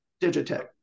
Digitech